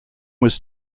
was